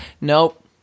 Nope